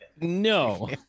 No